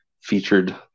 featured